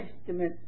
estimate